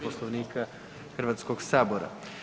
Poslovnika Hrvatskoga sabora.